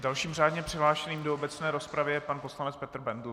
Dalším řádně přihlášeným do obecné rozpravy je pan poslanec Petr Bendl.